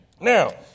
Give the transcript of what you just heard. Now